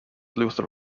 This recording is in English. luther